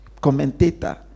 Commentator